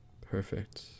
Perfect